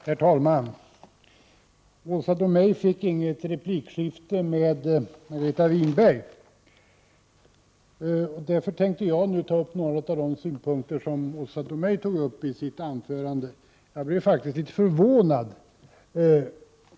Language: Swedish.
Herr talman! Åsa Domeij fick inget replikskifte med Margareta Winberg. Därför tänker jag nu ta upp några av de synpunkter som Åsa Domeij anförde i sin replik. Jag blev faktiskt litet förvånad.